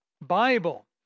Bible